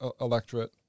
electorate